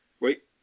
Wait